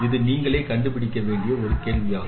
இது நீங்களே கண்டுபிடிக்க வேண்டிய ஒரு கேள்வியாகும்